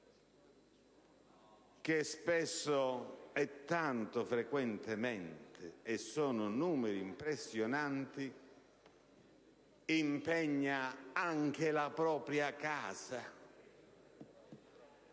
che spesso e tanto frequentemente - sono numeri impressionanti - impegna anche la propria casa